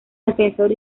defensor